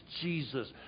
Jesus